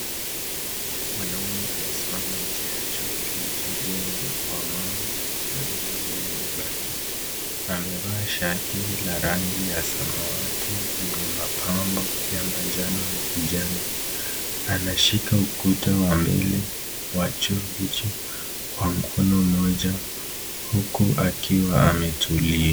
Mwanaume amesimama nje ya choo kilicho jengwa kwa mawe na milango ya mabati. Amevaa shati la rangi ya samawati, iliye mapambo la manjano na kijani. Anashika ukuta wa mbele wa choo hicho kwa mkono mmoja huko akiwa ametulia.